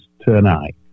tonight